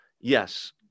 Yes